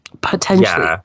potentially